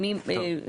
טוב.